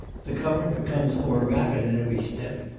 the current becomes more rapid at every step,